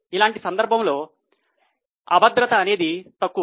ఇలాంటి సందర్భంలో అభద్రత అనేది తక్కువ